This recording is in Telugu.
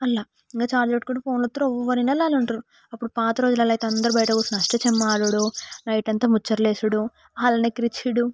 అలా ఇంకా ఛార్జింగ్ పెట్టుకు ఫోన్ చూస్తార్రు ఇక ఎవరి ఇళ్ళలో వాళ్ళు ఉంటారు అప్పుడు పాత రోజులు అయితే అందరు బయట కూర్చుని అష్టాచమ్మా ఆడుడు నైట్ అంతా ముచ్చట్లు ఏసుడు వాళ్ళని ఎక్కిరించుడు